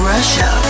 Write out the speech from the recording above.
Russia